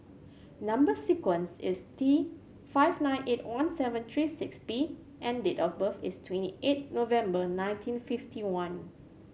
number sequence is T five nine eight one seven three six P and date of birth is twenty eight November nineteen fifty one